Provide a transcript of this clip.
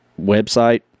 website